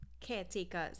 caretakers